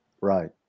Right